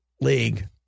league